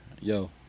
yo